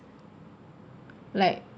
like